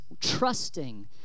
trusting